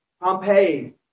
Pompeii